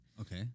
Okay